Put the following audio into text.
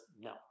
No